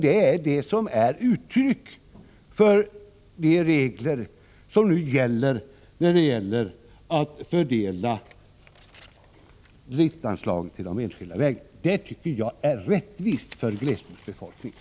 De regler som nu gäller för fördelning av driftsanslag till de enskilda vägarna är ett uttryck för detta synsätt. Det är rättvist för glesbygdsbefolkningen.